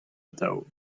atav